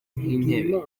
nk’intebe